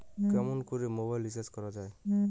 কেমন করে mobile recharge করা য়ায়?